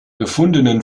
gefundenen